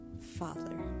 Father